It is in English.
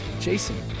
Jason